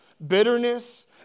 bitterness